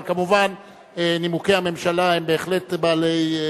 אבל כמובן, נימוקי הממשלה הם בהחלט בעלי,